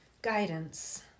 guidance